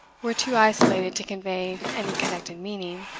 were too isolated to convey any connected meaning